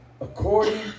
according